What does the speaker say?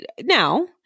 now